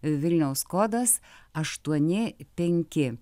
vilniaus kodas aštuoni penki